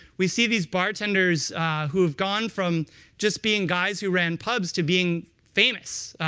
we see these bartenders who've gone from just being guys who ran pubs to being famous.